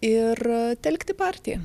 ir telkti partiją